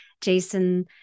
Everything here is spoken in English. Jason